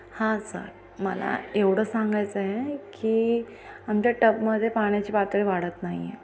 हां सर मला एवढं सांगायचं आहे की आमच्या टबमध्ये पाण्याची पातळी वाढत नाही आहे